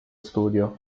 studio